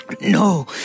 No